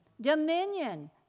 Dominion